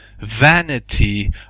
Vanity